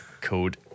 code